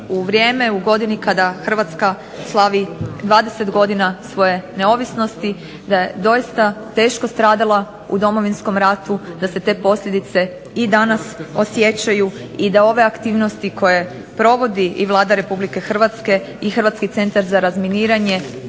u vrijeme u godini kada Hrvatska slavi 20 godina svoje neovisnosti, da je doista teško stradala u Domovinskom ratu, da se te posljedice i danas osjećaju i da ove aktivnosti koje provodi i Vlada Republike Hrvatske i Hrvatski centar za razminiranje